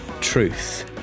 truth